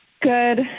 Good